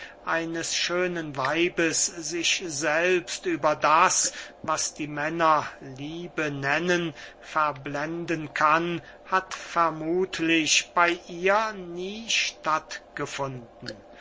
eines schönen weibes sich selbst über das was die männer liebe nennen verblenden kann hat vermuthlich bey ihr nie